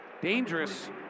Dangerous